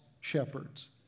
shepherds